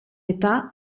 età